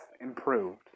improved